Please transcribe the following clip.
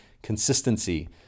Consistency